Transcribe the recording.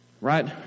Right